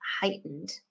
heightened